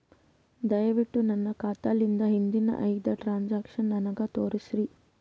ದಯವಿಟ್ಟು ನನ್ನ ಖಾತಾಲಿಂದ ಹಿಂದಿನ ಐದ ಟ್ರಾಂಜಾಕ್ಷನ್ ನನಗ ತೋರಸ್ರಿ